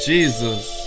Jesus